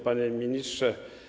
Panie Ministrze!